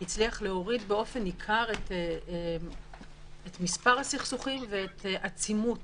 להוריד באופן ניכר את מספר הסכסוכים ואת עצימות